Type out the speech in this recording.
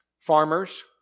farmers